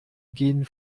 gehen